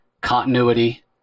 continuity